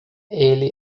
ele